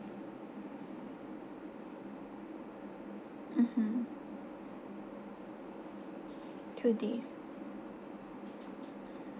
mmhmm two days